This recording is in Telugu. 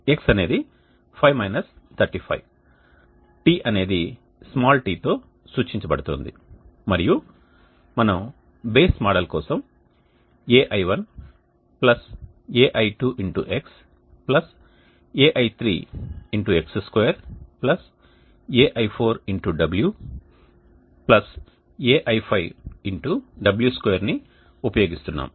x అనేది 5 35 τ అనేది t తో సూచించబడుతోంది మరియు మేము బేస్ మోడల్ కోసం ai1ai2x ai3x2ai4wai5w2 ని ఉపయోగిస్తున్నాము